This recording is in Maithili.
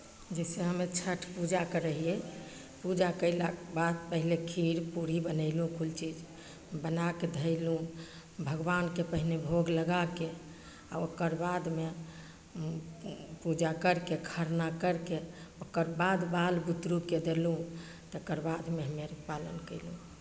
जैसे हमे छठि पूजा करै हियै पूजा कयलाक बाद पहिले खीर पूरी बनयलहुँ कुल चीज बना कऽ धयलहुँ भगवानकेँ पहिने भोग लगा कऽ आ ओकर बादमे पूजा करि कऽ खरना करि कऽ ओकर बाद बाल बुतरूकेँ देलहुँ तकर बादमे हम्मे आर पालन कयलहुँ